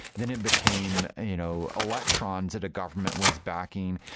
then it became you know electrons that a government was backing.